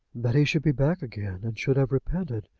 that he should be back again, and should have repented,